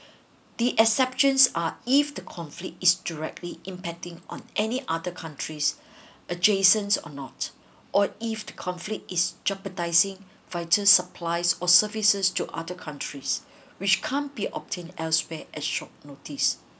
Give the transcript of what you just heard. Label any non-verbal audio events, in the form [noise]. the exceptions are if the conflict is directly impacting on any other countries [breath] adjacent or not or if the conflict is jeopardizing vital supplies or services to other countries [breath] which can't be obtained elsewhere at short notice